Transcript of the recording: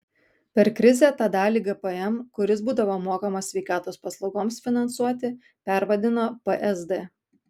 per krizę tą dalį gpm kuris būdavo mokamas sveikatos paslaugoms finansuoti pervadino psd